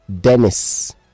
Dennis